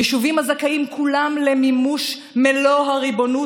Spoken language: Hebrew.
יישובים הזכאים כולם למימוש מלוא הריבונות